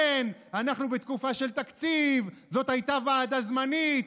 כן, אנחנו בתקופה של תקציב, זאת הייתה ועדה זמנית,